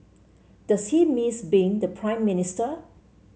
does he miss being the Prime Minister